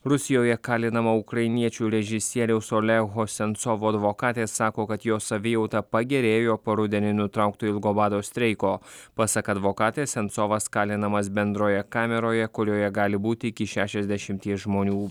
rusijoje kalinama ukrainiečių režisieriaus olego sencovo advokatė sako kad jo savijauta pagerėjo po rudenį nutraukto ilgo bado streiko pasak advokatės sencovas kalinamas bendroje kameroje kurioje gali būti iki šešiasdešimties žmonių